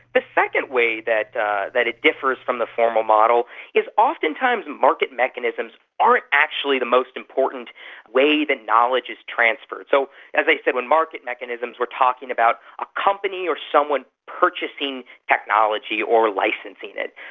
the second way that that it differs from the formal model is oftentimes market mechanisms aren't actually the most important way that knowledge is transferred. so as i said, when market mechanisms we're talking about a company or someone purchasing technology or licensing it,